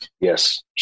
Yes